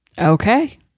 Okay